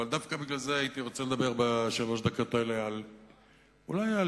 אבל דווקא בגלל זה הייתי רוצה לדבר בשלוש הדקות האלה אולי על